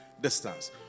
distance